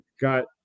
Got